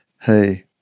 hey